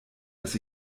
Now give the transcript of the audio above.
dass